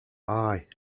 eye